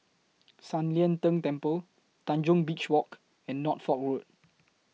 San Lian Deng Temple Tanjong Beach Walk and Norfolk Road